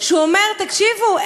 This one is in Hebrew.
אומר: תקשיבו,